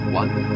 one